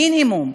מינימום.